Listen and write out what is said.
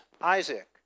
Isaac